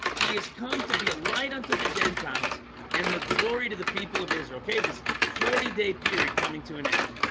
he has come to be a light unto the gentiles and the glory to the people of israel okay, this forty day period coming to an end